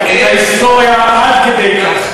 את ההיסטוריה עד כדי כך.